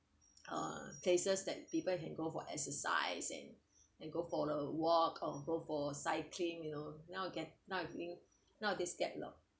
uh places that people can go for exercise and go for a walk or go for cycling you know now a get now are getting now a this get